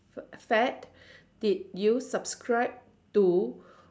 fad did you subscribe to